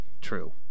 true